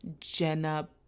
Jenna